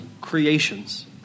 creations